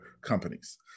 companies